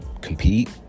compete